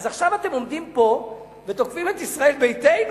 אז עכשיו אתם עומדים פה ותוקפים את ישראל ביתנו?